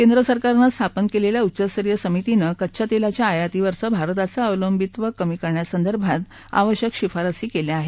केंद्र सरकारनं स्थापन कलिखी उच्चस्तरीय समितीनं कच्च्या तस्त्वीच्या आयातीवरचं भारताचं अवलंबित्व कमी करण्यासंदर्भात आवश्यक शिफारसी कव्विंग आहेत